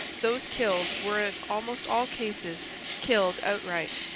those killed were in almost all cases killed outright,